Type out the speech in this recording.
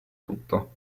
tutto